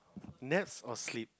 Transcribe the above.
naps or sleep